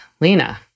Lena